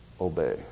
obey